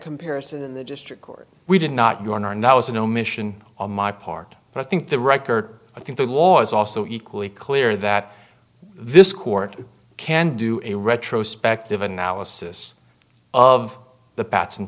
comparison in the district court we did not you are now is an omission on my part but i think the record i think the law is also equally clear that this court can do a retrospective analysis of the pats and